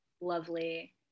lovely